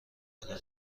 تابه